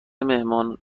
مهمان